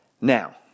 Now